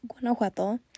Guanajuato